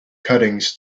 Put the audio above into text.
cuttings